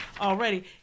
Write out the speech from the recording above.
already